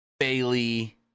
Bailey